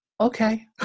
okay